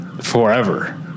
forever